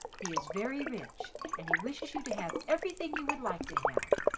he is very rich, and he wishes you to have everything you would like to have.